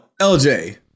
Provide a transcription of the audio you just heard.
LJ